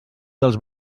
dels